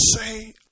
say